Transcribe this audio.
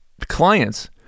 clients